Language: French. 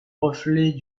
reflet